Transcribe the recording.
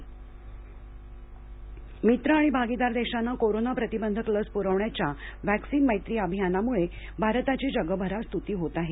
vaccine Maitri मित्र आणि भागीदार देशांना कोरोना प्रतिबंधक लस पुरवण्याच्या व्हॅक्सिन मैत्री अभियानामुळं भारताची जगभरात स्तुती होत आहे